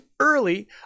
early